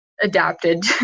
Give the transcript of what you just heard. adapted